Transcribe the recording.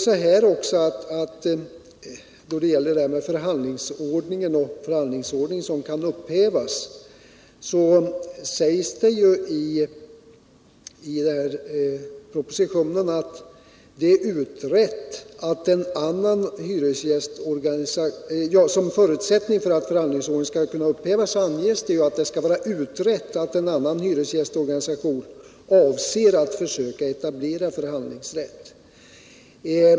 När det gäller upphävande av förhandlingsordningen sägs ju i propostitionen att en förutsättning för att förhandlingsordningen skall kunna upphävas är att det är utrett att en annan hyresorganisation avser att försöka etablera förhandlingsrätt.